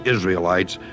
Israelites